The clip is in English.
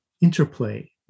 interplay